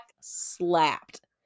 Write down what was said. slapped